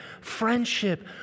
friendship